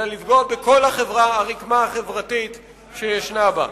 אלא בכל הרקמה החברתית שיש בה.